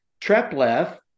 Treplev